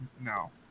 no